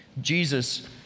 Jesus